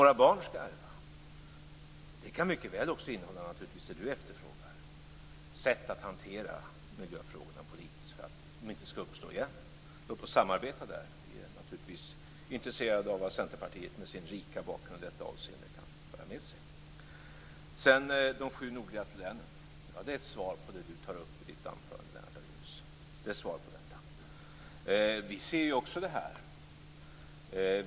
Det kan naturligtvis mycket väl innehålla det Lennart Daléus efterfrågar, ett sätt att hantera miljöfrågorna politiskt för att de inte skall uppstå igen. Låt oss samarbeta där! Vi är naturligtvis intresserade av vad Centerpartiet med sin rika bakgrund i detta avseende kan föra med sig. Det som jag sade om de sju nordligaste länen var ett svar på det som Lennart Daléus tog upp i sitt anförande. Också vi ser den här utvecklingen.